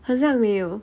很像没有